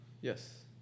Yes